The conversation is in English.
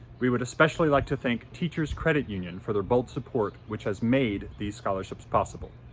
we would especially like to thank teachers credit union for their bold support which has made these scholarships possible.